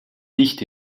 nicht